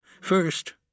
First